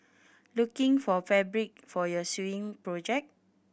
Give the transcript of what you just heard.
looking for fabric for your sewing project